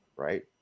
right